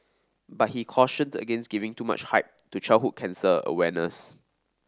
but he cautioned against giving too much hype to childhood cancer awareness